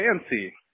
fancy